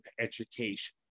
education